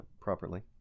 properly